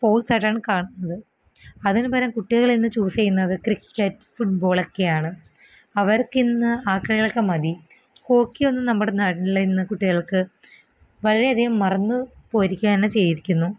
സ്പോര്ട്സായിട്ടാണ് കാണുന്നത് അതിനുപകരം കുട്ടികളിന്നു ചൂസ് ചെയ്യുന്നത് ക്രിക്കറ്റ് ഫുട്ബോളൊക്കെയാണ് അവര്ക്കിന്ന് ആ കളികളൊക്കെ മതി ഹോക്കിയൊന്നും നമ്മുടെ നാട്ടിലിന്ന് കുട്ടികള്ക്ക് വളരെയധികം മറന്നു പോയിരിക്കുകയാണ് ചെയ്തിരിക്കുന്ന്